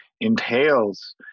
entails